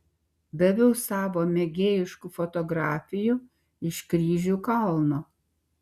daviau savo mėgėjiškų fotografijų iš kryžių kalno